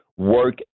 work